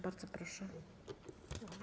Bardzo proszę.